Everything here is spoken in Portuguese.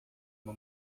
uma